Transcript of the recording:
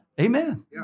Amen